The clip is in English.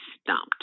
stumped